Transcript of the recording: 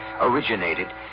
originated